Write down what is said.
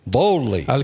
boldly